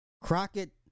Crockett